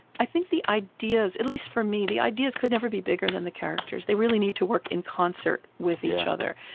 i think the ideas at least, for me, the ideas could never be bigger than the characters. they really need to work in concert with each other.